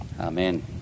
Amen